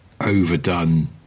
overdone